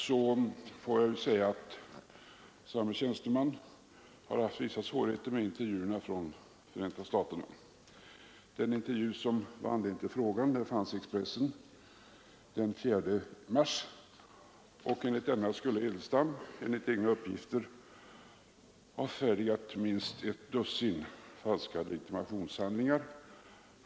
Samme tjänsteman har tydligen haft vissa svårigheter med intervjuerna i Förenta staterna. Den intervju som var anledningen till min enkla fråga redovisades i Expressen den 4 mars. Av den framgår att enligt Edelstams egna uppgifter skulle denne själv ha förfärdigat minst ett dussin falska legitimationshandlingar.